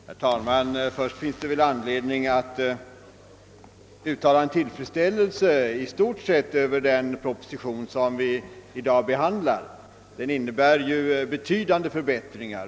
Herr talman! Det finns anledning att uttala sin tillfredsställelse i stort med den proposition vi i dag behandlar. Den innebär betydande förbättringar.